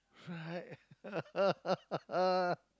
right